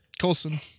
Colson